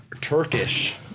Turkish